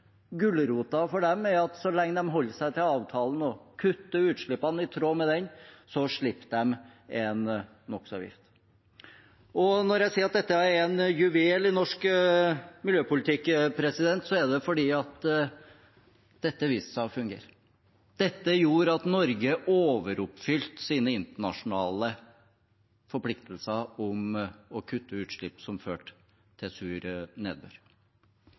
for dem er at så lenge de holder seg til avtalen og kutter utslippene i tråd med den, slipper de en NOx-avgift. Når jeg sier at dette er en juvel i norsk miljøpolitikk, er det fordi dette viste seg å fungere. Dette gjorde at Norge overoppfylte sine internasjonale forpliktelser om å kutte utslipp som førte til sur nedbør.